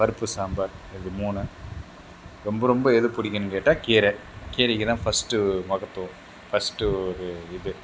பருப்பு சாம்பார் இது மூணும் ரொம்ப ரொம்ப எது பிடிக்கும்னு கேட்டால் கீரை கீரைக்குதான் ஃபர்ஸ்ட்டு மகத்துவம் ஃபர்ஸ்ட்டு ஒரு இது